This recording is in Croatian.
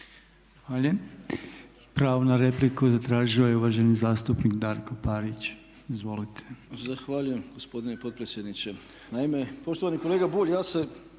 Pravo na repliku zatražio je uvaženi zastupnik Darko Parić, izvolite. **Parić, Darko (SDP)** Zahvaljujem gospodine potpredsjedniče. Naime, poštovani kolega Bulj ja se